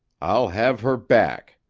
i'll have her back